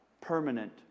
permanent